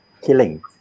killing